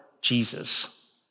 Jesus